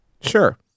Sure